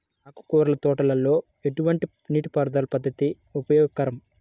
ఆకుకూరల తోటలలో ఎటువంటి నీటిపారుదల పద్దతి ఉపయోగకరం?